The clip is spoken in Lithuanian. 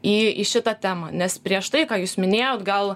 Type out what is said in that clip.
į į šitą temą nes prieš tai ką jūs minėjot gal